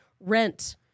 rent